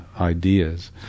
ideas